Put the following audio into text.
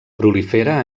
prolifera